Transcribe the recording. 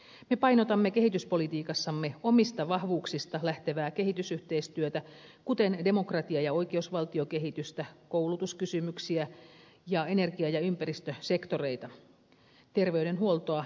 me painotamme kehityspolitiikassamme omista vahvuuksista lähtevää kehitysyhteistyötä kuten demokratia ja oikeusvaltiokehitystä koulutuskysymyksiä ja energia ja ympäristösektoreita terveydenhuoltoa myös